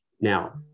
Now